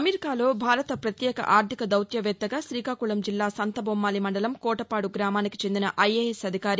అమెరికాలో భారత ప్రత్యేక ఆర్దిక దౌత్యవేత్తగాశ్రీకాకుళం జిల్లా సంతబొమ్మాళి మండలం కోటపాడు గ్రామానికి చెందిన ఐఏఎస్ అధికారి